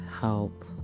help